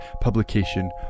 publication